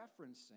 referencing